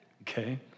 okay